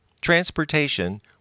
transportation